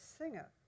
singer